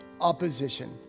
opposition